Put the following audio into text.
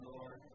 Lord